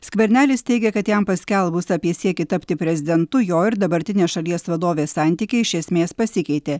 skvernelis teigia kad jam paskelbus apie siekį tapti prezidentu jo ir dabartinės šalies vadovės santykiai iš esmės pasikeitė